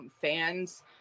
fans